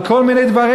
על כל מיני דברים,